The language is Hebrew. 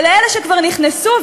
ולאלה שכבר נכנסו,